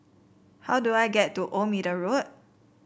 how do I get to Old Middle Road